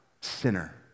sinner